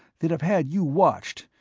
they'd have had you watched,